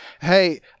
Hey